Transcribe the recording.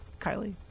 Kylie